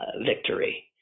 victory